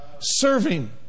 serving